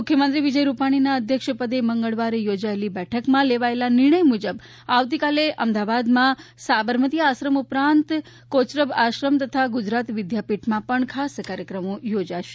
મુખ્યમંત્રી વિજય રૂપાણીના અધ્યક્ષપદે મંગળવારે યોજાયેલી બેઠકમાં લેવાયેલા નિર્ણય મુજબ આવતીકાલે અમદાવાદમાં સાબરમતી આશ્રમ ઉપરાંત અમદાવાદમાં કોચરબ આશ્રમ તથા ગુજરાત વિદ્યાપીઠમાં પણ ખાસ કાર્યક્રમો યોજાશે